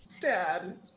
dad